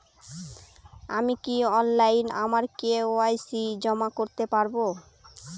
আমি কি অনলাইন আমার কে.ওয়াই.সি জমা করতে পারব?